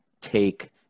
take